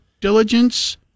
diligence